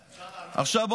אפשר לענות לך?